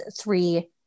three